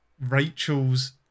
Rachel's